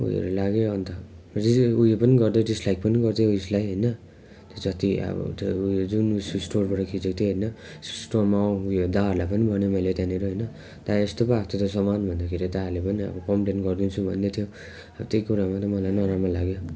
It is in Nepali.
उयोहरू लाग्यो अन्त रिजेक्ट उयो पनि गरिदिएँ डिसलाइक पनि गरिदिएँ उयेसलाई होइन त्यो जति अब त्यो उयो जुन स्टोरबाट खिचेको थिएँ होइन स्टोरमा उयो दाहरूलाई पनि भनेँ मैले त्यहाँनिर होइन दा यस्तो पो आएको थियो त सामान भन्दाखेरि दाहरूले पनि अब कम्पलेन गरिदिन्छु भन्दैथियो अब त्यही कुरामा नै मलाई नराम्रो लाग्यो